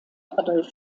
adolf